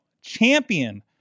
Champion